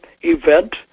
event